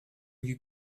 you